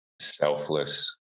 selfless